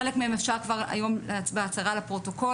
חלק מהם אפשר כבר היום בהצהרה לפרוטוקול.